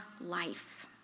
life